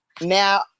now